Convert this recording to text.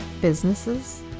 businesses